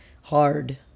hard